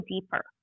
deeper